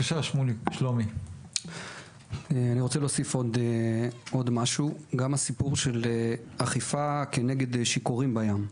אני רוצה להוסיף גם את הסיפור של אכיפה נגד שיכורים בים.